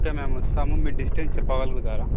okay మేము వస్తాము మీ డిస్టెన్స్ చెప్పగలుగుతారా